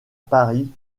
paris